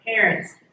parents